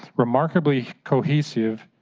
remarkably cohesive,